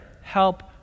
help